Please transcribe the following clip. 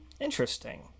Interesting